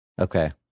Okay